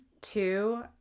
two